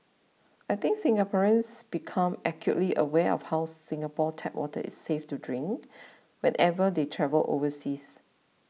I think Singaporeans become acutely aware of how Singapore tap water is safe to drink whenever they travel overseas